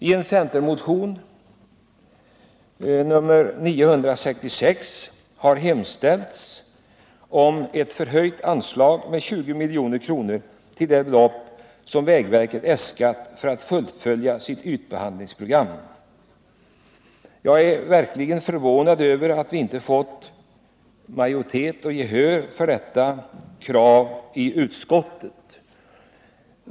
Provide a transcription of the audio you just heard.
I centermotionen 966 har hemställts om ett i förhållande till budgetpropositionen med 20 milj.kr. förhöjt anslag för fullföljande av vägverkets ytbehandlingsprogram. Jag är verkligen förvånad över att vi inte fått gehör och majoritet för detta krav i utskottet.